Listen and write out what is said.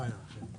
זו הבעיה, כן.